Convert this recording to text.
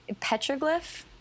petroglyph